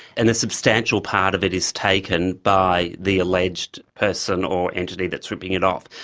and a substantial part of it is taken by the alleged person or entity that's ripping it off.